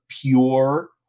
pure